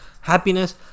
happiness